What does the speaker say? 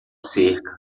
cerca